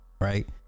Right